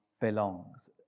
belongs